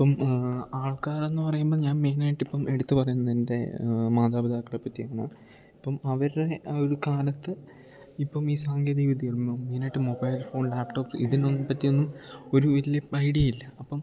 ഇപ്പം ആൾക്കാർ എന്ന് പറയുമ്പോൾ ഞാൻ മെയിനായിട്ട് ഇപ്പം എടുത്തു പറയുന്നത് എൻ്റെ മാതാപിതാക്കളെ പറ്റിയാണ് ഇപ്പം അവരുടെ ആ ഒരു കാലത്ത് ഇപ്പം ഈ സാങ്കേതിക വിദ്യകൾ മെയിനായിട്ട് മൊബൈൽ ഫോൺ ലാപ്ടോപ്പ് ഇതിനൊന്നും പറ്റിയൊന്നും ഒരു വലിയ ഐഡിയ ഇല്ല അപ്പം